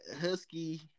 husky